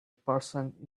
person